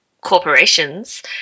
corporations